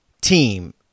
team